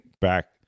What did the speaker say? back